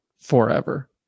forever